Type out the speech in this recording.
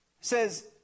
says